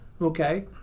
okay